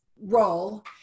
role